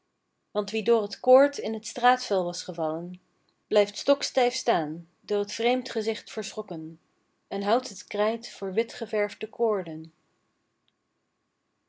want wie door t koord in t straatvuil was gevallen blijft stokstijf staan door t vreemd gezicht verschrokken en houdt het krijt voor witgeverfde koorden